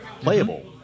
playable